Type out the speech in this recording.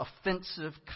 offensive